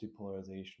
depolarization